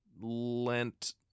lent